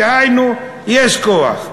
דהיינו, יש כוח.